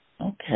Okay